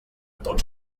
tots